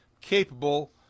capable